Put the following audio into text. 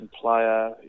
player